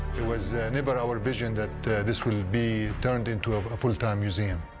it was never our vision that this would be turned into a full-time museum.